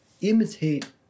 imitate